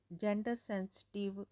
gender-sensitive